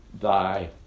thy